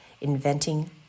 inventing